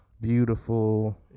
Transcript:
beautiful